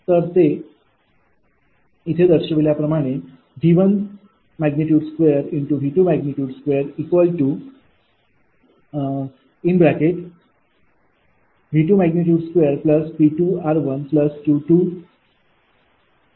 तर ते V12V22 V22𝑃 𝑟 𝑄𝑥2 𝑃 𝑥 𝑄𝑟2 अशाप्रकारे होईल